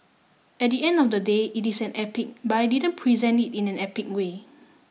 at the end of the day it is an epic but I didn't present it in an epic way